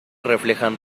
reflejan